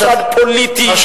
משרד פוליטי,